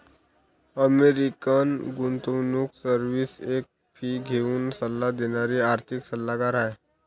American गुंतवणूक service एक fee घेऊन सल्ला देणारी आर्थिक सल्लागार आहे